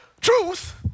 Truth